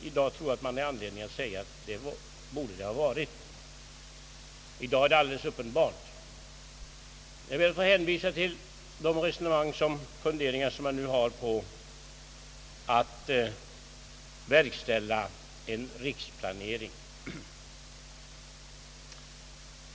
I dag tror jag man har anledning att säga att det borde ha varit möjligt. Jag ber att få hänvisa till de resonemang och funderingar som man nu har på att verkställa en riksplanering.